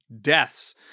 deaths